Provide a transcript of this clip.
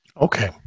Okay